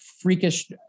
Freakish